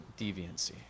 deviancy